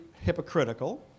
hypocritical